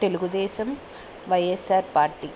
Telugu Desam YSR party